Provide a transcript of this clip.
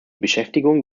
beschäftigung